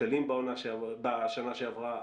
שקלים בשנה שעברה.